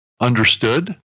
understood